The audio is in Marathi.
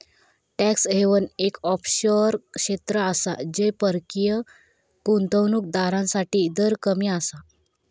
टॅक्स हेवन एक ऑफशोअर क्षेत्र आसा जय परकीय गुंतवणूक दारांसाठी दर कमी आसा